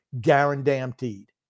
Guaranteed